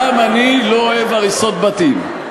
גם אני לא אוהב הריסות בתים.